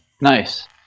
Nice